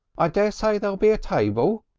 i daresay there'll be a table,